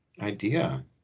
idea